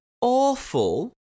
awful